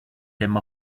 them